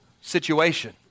situation